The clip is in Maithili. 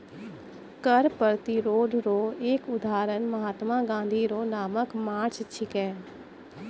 कर प्रतिरोध रो एक उदहारण महात्मा गाँधी रो नामक मार्च छिकै